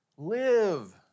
Live